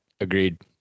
agreed